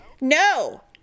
No